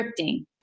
scripting